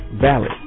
valid